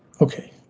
Okay